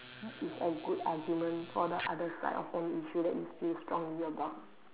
what is a good argument for the other side of an issue that you feel strongly about